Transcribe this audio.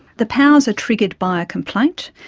the powers are triggered by a complaint,